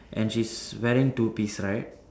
and she's wearing two piece right